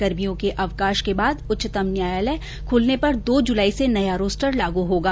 गर्मियों के अवकाश के बाद उच्चतम न्यायालय खुलने पर दो जुलाई से नया रोस्टर लागू होगा